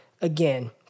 again